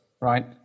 right